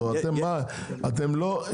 אתם לא,